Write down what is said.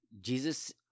Jesus